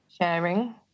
sharing